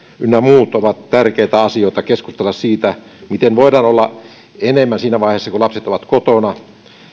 ynnä muut ovat tärkeitä asioita keskustella siitä miten voidaan olla enemmän siinä vaiheessa kun lapset ovat kotona